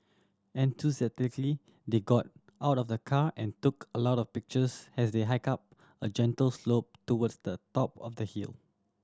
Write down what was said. enthusiastically they got out of the car and took a lot of pictures as they hike up a gentle slope towards the top of the hill